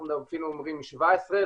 אנחנו אפילו אומרים 17,